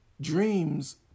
dreams